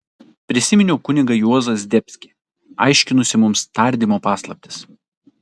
prisiminiau kunigą juozą zdebskį aiškinusį mums tardymo paslaptis